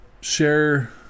share